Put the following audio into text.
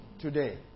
today